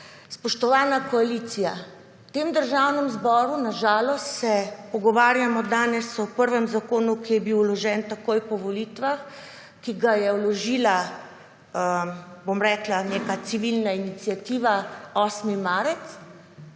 Spoštovana koalicija, v tem Državnem zboru na žalost se pogovarjamo danes o prvem zakonu, ki je bil vložen takoj po volitvah, ki ga je vložila, bom rekla, neka civilna iniciativa 8. marec,